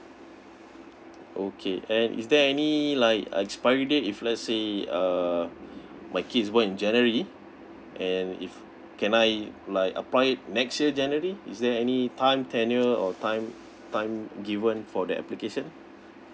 okay and is there any like uh expiry date if let's say uh my kids born in january and if can I like apply it next year january is there any time tenure or time time given for that application